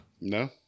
no